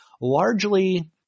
largely